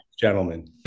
gentlemen